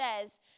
says